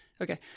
Okay